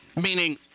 meaning